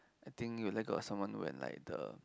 I think you let go of someone when like the